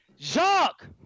Jacques